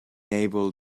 able